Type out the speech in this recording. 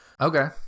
Okay